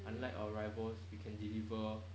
unlike our rivals we can deliver